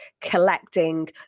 collecting